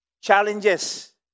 challenges